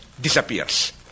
disappears